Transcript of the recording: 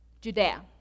Judea